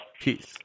Peace